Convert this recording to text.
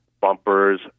bumpers